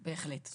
בהחלט.